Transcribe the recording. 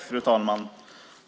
Fru talman!